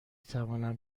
توانم